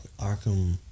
Arkham